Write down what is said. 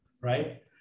right